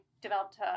developed